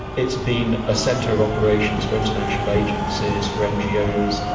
it's been a centre of operations for international agencies, for ngos,